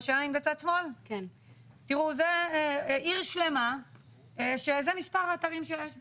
זאת עיר שלמה שזה מספר האתרים שיש בה.